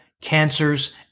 cancers